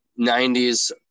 90s